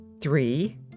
Three